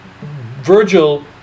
Virgil